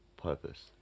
purpose